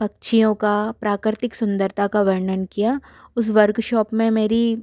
पक्षियों का प्राकृतिक सुंदरता का वर्णन किया था उस वर्कशॉप में मेरी